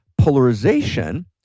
polarization